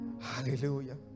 hallelujah